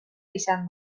izan